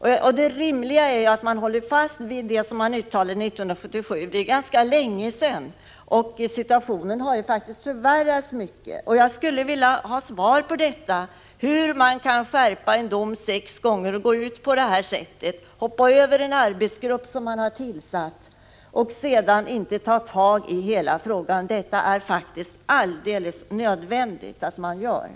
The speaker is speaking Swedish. Det rimliga är att man håller fast vid vad man uttalade 1977. Det är ganska länge sedan, och situationen har faktiskt förvärrats mycket. Jag skulle vilja ha svar på frågan hur man kan skärpa en dom sex gånger och handla på det här sättet, hoppa över en arbetsgrupp som man har tillsatt och sedan inte ta tag i hela frågan — vilket det är absolut nödvändigt att göra.